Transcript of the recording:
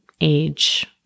age